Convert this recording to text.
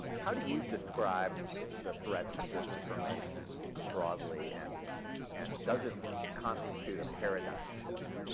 how do you describe the threat from disinformation broadly, and and does it constitute a paradigm shift?